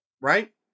right